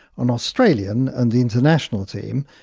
an australian and international team,